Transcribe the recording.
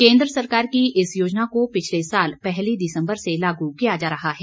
केन्द्र सरकार की इस योजना को पिछले साल पहली दिसम्बर से लागू किया जा रहा है